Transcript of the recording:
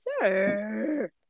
sir